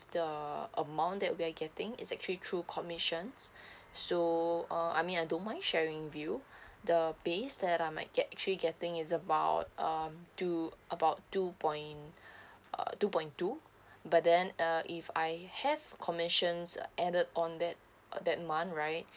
the amount that we are getting is actually through commissions so uh I mean I don't mind sharing with you the base that I might get actually getting is about um to about two point uh two point two but then uh if I have commissions added on that uh that month right